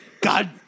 God